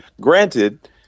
Granted